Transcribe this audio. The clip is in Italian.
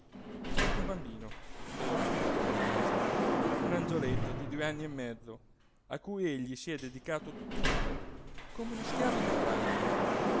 c'è anche un bambino ora per casa un angioletto di due anni e mezzo a cui egli si è dedicato tutto come uno schiavo innamorato